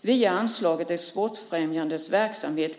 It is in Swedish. via anslaget Exportfrämjande verksamhet .